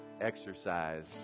exercise